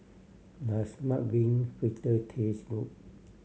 does mung bean fritter taste good